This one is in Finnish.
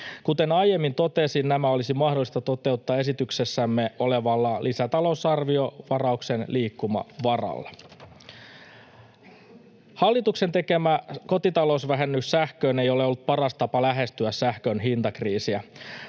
Kuten aiemmin totesin, nämä olisi mahdollista toteuttaa esityksessämme olevalla lisätalousarviovarauksen liikkumavaralla. Hallituksen tekemä kotitalousvähennys sähköön ei ole ollut paras tapa lähestyä sähkön hintakriisiä.